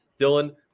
Dylan